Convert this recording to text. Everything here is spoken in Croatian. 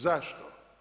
Zašto?